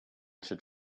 should